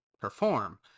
perform